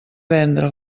vendre